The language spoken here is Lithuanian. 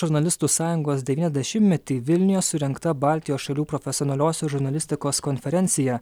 žurnalistų sąjungos devyniasdešimtmetį vilniuje surengta baltijos šalių profesionaliosios žurnalistikos konferencija